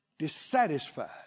dissatisfied